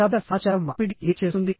అశాబ్దిక సమాచార మార్పిడి ఏమి చేస్తుంది